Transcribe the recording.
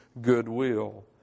goodwill